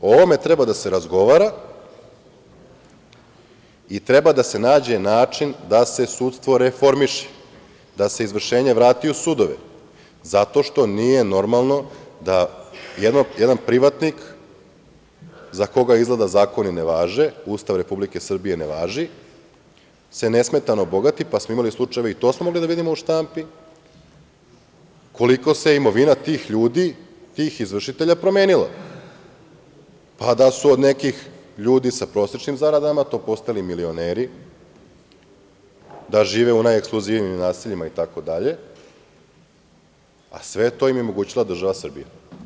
O ovome treba da se razgovara i treba da se nađe način da se sudstvo reformiše, da se izvršenje vrati u sudove zato što nije normalno da jedan privatnik, za koga, izgleda, zakoni ne važe, Ustav Republike Srbije ne važi, nesmetano se bogati, pa smo imali slučajeve, i to smo mogli da vidimo u štampi, koliko se imovina tih ljudi, tih izvršitelja promenilo, pa da su od nekih ljudi sa prosečnim zaradama postali milioneri, da žive u najekskluzivnijim naseljima i tako dalje, a sve to im je omogućila država Srbija.